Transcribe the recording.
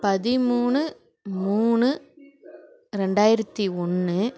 பதிமூணு மூணு ரெண்டாயிரத்து ஒன்று